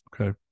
okay